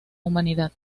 humanidad